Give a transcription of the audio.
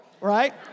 right